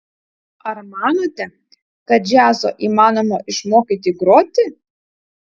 ar manote kad džiazo įmanoma išmokyti groti